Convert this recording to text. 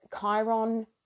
Chiron